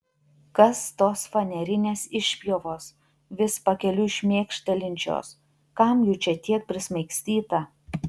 kas tos fanerinės išpjovos vis pakeliui šmėkštelinčios kam jų čia tiek prismaigstyta